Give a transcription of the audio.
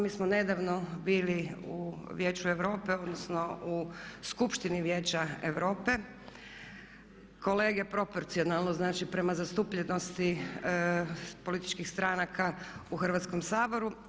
Mi smo nedavno bili u Vijeću Europe odnosno u Skupštini Vijeća Europe, kolege proporcionalno, znači prema zastupljenosti političkih stranaka u Hrvatskom saboru.